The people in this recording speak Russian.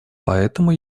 поэтому